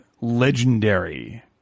legendary